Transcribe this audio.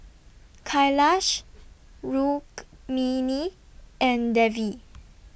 Kailash Rukmini and Devi